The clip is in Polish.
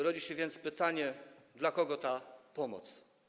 Rodzi się więc pytanie: Dla kogo jest ta pomoc?